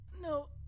No